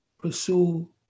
pursue